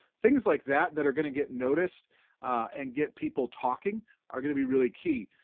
things like that that are gonna get noticed and get people talking are gonna be really key.